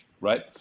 right